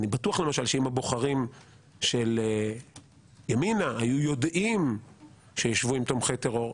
אני בטוח למשל שאם הבוחרים של ימינה היו יודעים שישבו עם תומכי טרור,